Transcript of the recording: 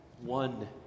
one